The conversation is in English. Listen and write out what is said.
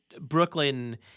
Brooklyn